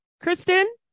Kristen